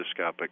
endoscopic